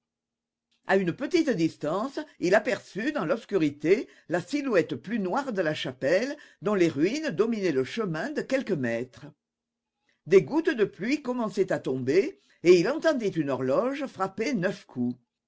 à une petite distance il aperçut dans l'obscurité la silhouette plus noire de la chapelle dont les ruines dominaient le chemin de quelques mètres des gouttes de pluie commençaient à tomber et il entendit une horloge frapper neuf coups